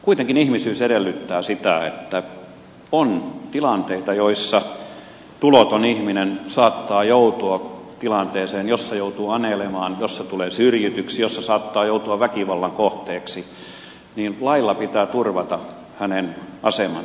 kuitenkin ihmisyys edellyttää sitä että kun on tilanteita joissa tuloton ihminen saattaa joutua tilanteeseen jossa joutuu anelemaan jossa tulee syrjityksi jossa saattaa joutua väkivallan kohteeksi niin lailla pitää turvata hänen asemansa